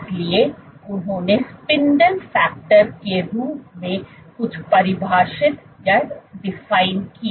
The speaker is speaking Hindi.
इसलिए उन्होंने स्पिंडल फैक्टर spindle factorके रूप में कुछ परिभाषित किया